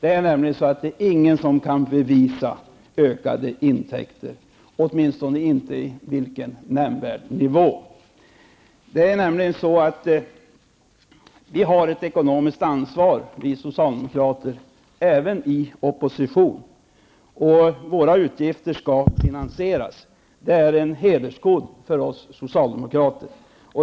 Det är ingen som kan bevisa ökade intäkter, åtminstone inte på nämnvärd nivå. Vi socialdemokrater har ett ekonomiskt ansvar, även i opposition. Våra utgifter skall finansieras -- det är en hederskod för oss socialdemokrater.